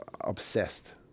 obsessed